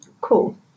cool